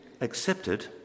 accepted